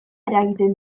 eragiten